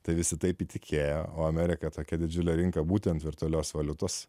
tai visi taip įtikėjo o amerika tokia didžiulė rinka būtent virtualios valiutos